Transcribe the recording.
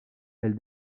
elle